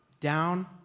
down